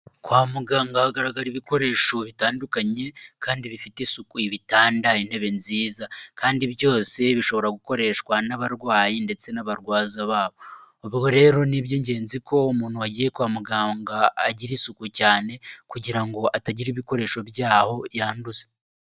Kwa muganga hagaragara ibikoresho bitandukanye kandi bifite isuku, ibitanda, intebe nziza, kandi byose bishobora gukoreshwa n'abarwayi ndetse n'abarwaza babo, rero ni iby'ingenzi ko umuntu agiye kwa muganga agira isuku cyane kugira ngo atagira ibikoresho byaho yanduza.